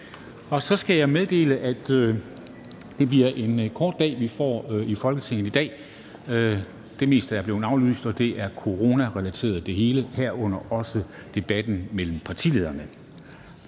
Så skal jeg meddele, at det bliver en kort dag, vi får i Folketinget i dag. Det meste er blevet aflyst, herunder også debatten mellem partilederne,